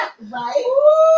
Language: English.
right